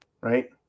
Right